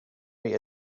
rate